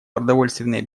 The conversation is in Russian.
продовольственной